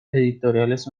editoriales